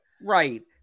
Right